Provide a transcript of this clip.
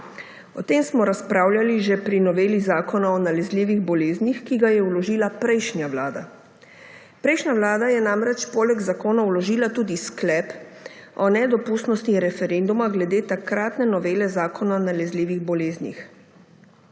O tem smo razpravljali že pri noveli Zakona o nalezljivih boleznih, ki ga je vložila prejšnja vlada. Prejšnja vlada je namreč poleg zakona vložila tudi sklep o nedopustnosti referenduma glede takratne novele Zakona o nalezljivih bolezni.